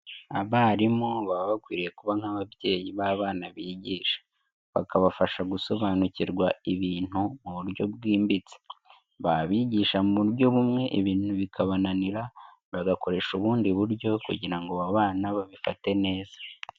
Abarimu baba bakwiriye kuba nk'ababyeyi b'abana bigisha, bakabafasha gusobanukirwa ibintu mu buryo bwimbitse, babigisha mu buryo bumwe ibintu bikabananira, bagakoresha ubundi buryo kugira ngo aba bana babifate neza.